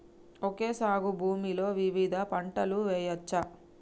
Okay సాగు భూమిలో వివిధ పంటలు వెయ్యచ్చా?